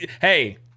Hey